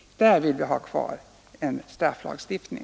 Där vill vi ha kvar en strafflagstiftning.